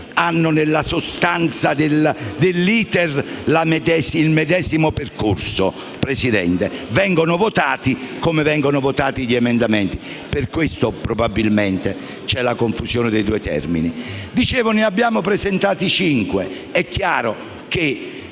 Seguono, nella sostanza dell'*iter*, il medesimo percorso, signor Presidente. Vengono votati, come vengono votati gli emendamenti. Per questo, probabilmente, c'è la confusione dei due termini. Ne abbiamo presentati cinque, come